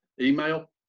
Email